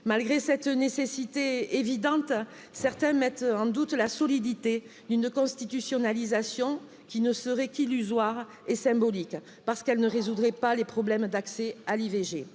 malgré cette nécessité évidente. Certains mettent en doute la solidité d'une constitutionnalisation qui ne serait qu'illusoire et symbolique parce qu'elle ne résoudrait pas les problèmes d'accès à l'ivg